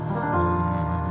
home